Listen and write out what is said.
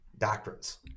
doctrines